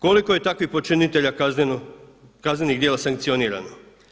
Koliko je takvih počinitelja kaznenih djela sankcionirano?